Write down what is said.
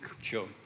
Sure